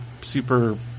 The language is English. super